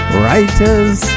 writers